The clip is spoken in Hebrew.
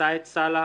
סעד סאלח,